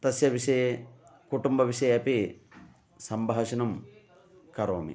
तस्य विषये कुटुम्बविषये अपि सम्भाषणं करोमि